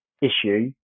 issue